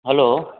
hello